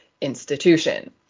institution